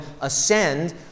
ascend